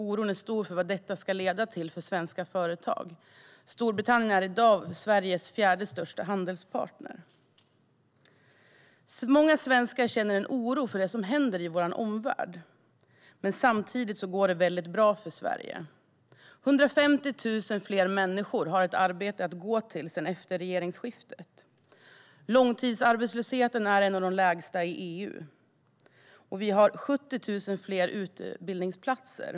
Oron är stor för vad detta ska leda till för svenska företag. Storbritannien är i dag Sveriges fjärde största handelspartner. Många svenskar känner en oro för det som händer i vår omvärld. Samtidigt går det bra för Sverige. 150 000 fler människor har ett arbete att gå till sedan regeringsskiftet. Långtidsarbetslösheten är en av de lägsta i EU. Vi har 70 000 fler utbildningsplatser.